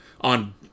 on